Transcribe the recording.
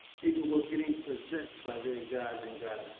people were getting possessed by their gods and